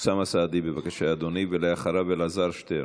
אוסאמה סעדי, בבקשה, אדוני, ואחריו, אלעזר שטרן.